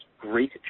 great